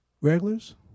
regulars